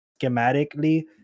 schematically